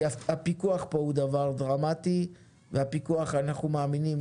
כי הפיקוח פה הוא דבר דרמטי והפיקוח אנחנו מאמינים